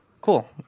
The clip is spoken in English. Cool